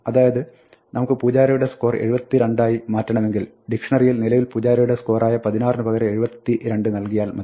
അതായത് നമുക്ക് പൂജാരയുടെ സ്കോർ 72 ആയി മാറ്റണമെങ്കിൽ ഡിക്ഷ്ണറിയിൽ നിലവിൽ പൂജാരയുടെ സ്കോറായ 16 ന് പകരം 72 നൽകിയാൽ മതി